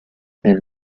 nel